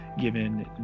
given